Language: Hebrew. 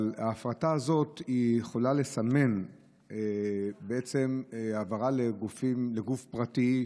אבל ההפרטה הזאת יכולה לסמן העברה לגוף פרטי,